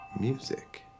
Music